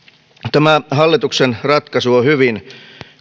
tämä hallituksen ratkaisu on hyvin